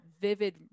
vivid